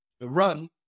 run